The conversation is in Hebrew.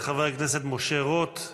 חבר הכנסת משה רוט,